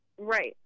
Right